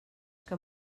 que